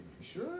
sure